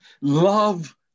Love